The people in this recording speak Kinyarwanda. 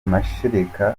mashereka